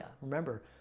Remember